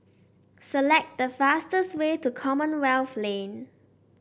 select the fastest way to Commonwealth Lane